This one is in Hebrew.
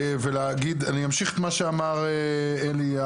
ואני אמשיך את מה שאמר אלי.